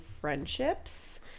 friendships